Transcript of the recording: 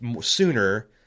sooner